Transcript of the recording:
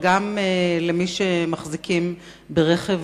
אדוני היושב-ראש,